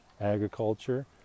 agriculture